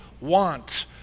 want